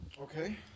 Okay